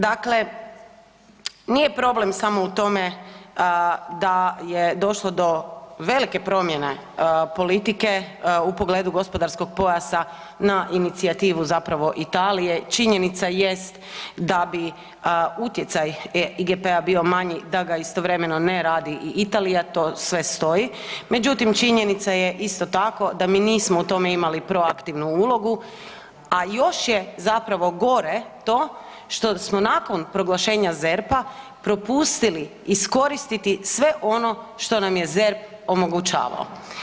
Dakle nije problem samo u tome da je došlo do velike promjene politike u pogledu gospodarskog pojasa na inicijativu Italije, činjenica jest da bi utjecaj IGP-a bio manji da ga istovremeno ne radi i Italija, to sve stoji, međutim činjenica je isto tako da mi nismo u tome imali proaktivnu ulogu, a još je gore to što smo nakon proglašenja ZERP-a propustili iskoristiti sve ono što nam je ZERP omogućavao.